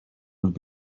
would